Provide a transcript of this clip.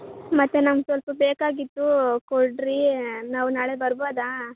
ಮತ್ತೆ ನಮಗೆ ಸ್ವಲ್ಪ ಬೇಕಾಗಿತ್ತು ಕೊಡಿ ನಾವು ನಾಳೆ ಬರ್ಬೋದಾ